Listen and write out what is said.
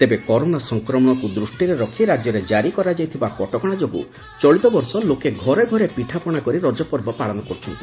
ତେବେ କରୋନା ସଂକ୍ରମଣକୁ ଦୃଷ୍ଟିରେ ରଖି ରାଜ୍ୟରେ ଜାରି କରାଯାଇଥିବା କଟକଣା ଯୋଗୁଁ ଚଳିତବର୍ଷ ଲୋକେ ଘରେ ଘରେ ପିଠାପଣା କରି ରଜପର୍ବ ପାଳନ କରୁଛନ୍ତି